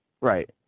Right